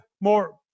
more